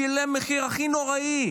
שילם את המחיר הכי נוראי,